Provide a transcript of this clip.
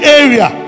area